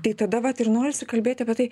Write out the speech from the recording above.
tai tada vat ir norisi kalbėti apie tai